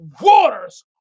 waters